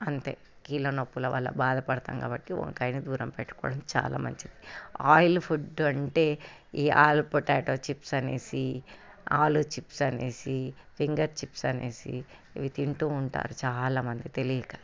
అంతే కీళ్ళ నొప్పుల వల్ల బాధపడతాం కాబట్టి వంకాయను దూరం పెట్టుకోవడం చాలా మంచిది ఆయిల్ ఫుడ్ అంటే ఈఆలు పొటాటో చిప్స్ అని ఆలు చిప్స్ అని ఫింగర్ చిప్స్ అని ఇవి తింటు ఉంటారు చాలామంది తెలియక